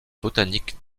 botanique